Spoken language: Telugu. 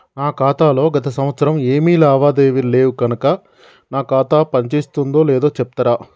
నా ఖాతా లో గత సంవత్సరం ఏమి లావాదేవీలు లేవు కనుక నా ఖాతా పని చేస్తుందో లేదో చెప్తరా?